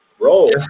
roll